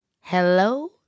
Hello